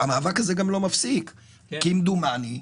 האוצר, כמדומני,